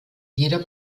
jeder